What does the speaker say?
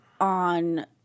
on